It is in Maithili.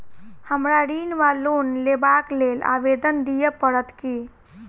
हमरा ऋण वा लोन लेबाक लेल आवेदन दिय पड़त की?